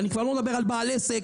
אני כבר לא מדבר על בעל עסק,